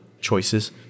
choices